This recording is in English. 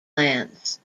lands